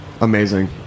Amazing